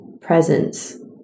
presence